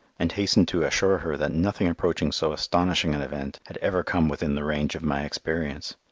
and hastened to assure her that nothing approaching so astonishing an event had ever come within the range of my experience.